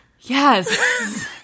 Yes